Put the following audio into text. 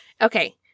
Okay